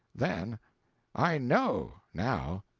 then i know, now.